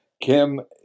Kim